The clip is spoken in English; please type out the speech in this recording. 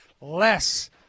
less